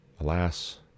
Alas